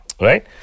Right